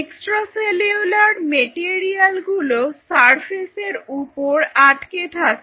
extra cellular material গুলো surface এর উপর আটকে থাকে